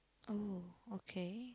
oh okay